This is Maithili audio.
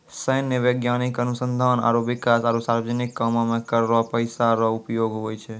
सैन्य, वैज्ञानिक अनुसंधान आरो बिकास आरो सार्वजनिक कामो मे कर रो पैसा रो उपयोग हुवै छै